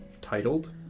titled